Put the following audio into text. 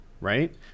right